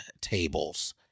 tables